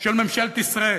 של ממשלת ישראל,